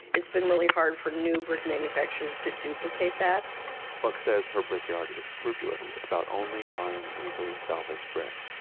it's been really hard for new brick manufacturers to duplicate that buck says her brickyard is scrupulous about only buying legally salvaged brick.